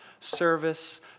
service